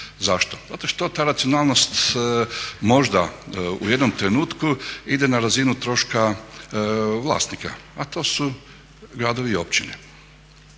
Zato što ta racionalnost možda u jednom trenutku ide na razinu troška vlasnika, a to su gradovi i općine